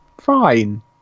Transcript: fine